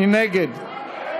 מי נגד?